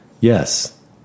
yes